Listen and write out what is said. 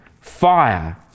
fire